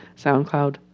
SoundCloud